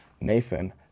Nathan